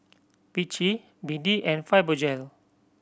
Vichy B D and Fibogel